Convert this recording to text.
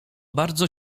bardzo